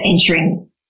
entering